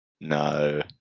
No